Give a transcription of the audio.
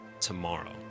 tomorrow